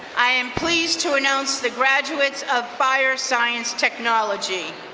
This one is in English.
i am pleased to announce the graduates of fire science technology.